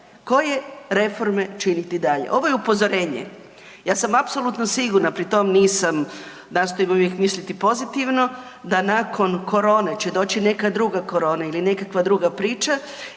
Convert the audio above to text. koje reforme činiti dalje. Ovo je upozorenje. Ja sam apsolutno sigurno sigurna, pri tom nisam, nastojim uvijek misliti pozitivno da nakon korone će doći neka druga korona ili nekakva druga priča